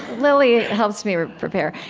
lily helps me prepare.